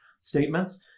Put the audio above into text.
statements